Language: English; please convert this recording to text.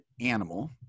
animal